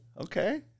Okay